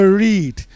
read